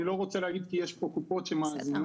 אני לא רוצה להגיד כי יש פה קופות חולים שמאזינות,